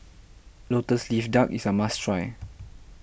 Lotus Leaf Duck is a must try